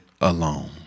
alone